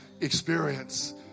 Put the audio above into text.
experience